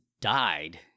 died